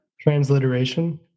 transliteration